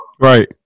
right